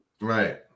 Right